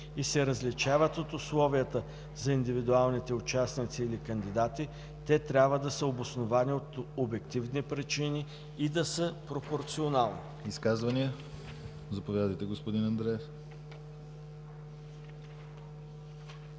и се различават от условията за индивидуалните участници или кандидати, те трябва да са обосновани от обективни причини и да са пропорционални.” ПРЕДСЕДАТЕЛ ДИМИТЪР ГЛАВЧЕВ: Изказвания? Заповядайте, господин Андреев.